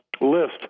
list